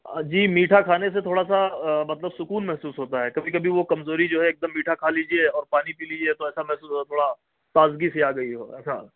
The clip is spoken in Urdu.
جی میٹھا کھانے سے تھوڑا سا مطلب سکون محسوس ہوتا ہے کبھی کبھی وہ کمزوری جو ہے ایک دم میٹھا کھا لیجئے اور پانی پی لیجئے تو ایسا محسوس ہوتا ہے تھوڑا تازگی سی آ گئی ہو ایسا